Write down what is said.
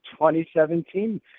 2017